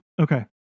Okay